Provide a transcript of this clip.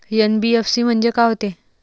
NBFC म्हणजे का होते?